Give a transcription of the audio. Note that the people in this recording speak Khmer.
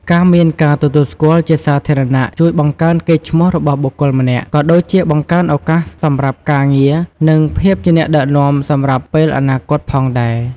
ការមានការទទួលស្គាល់់ជាសាធារណៈជួយបង្កើនកេរ្តិ៍ឈ្មោះរបស់បុគ្គលម្នាក់ ក៏ដូចជាបង្កើនឱកាសសម្រាប់ការងារ និងភាពជាអ្នកដឹកនាំសម្រាប់ពេលអនាគតផងដែរ។